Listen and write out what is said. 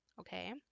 Okay